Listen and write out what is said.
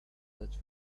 that